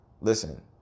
Listen